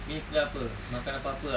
meal tu apa makan apa-apa ah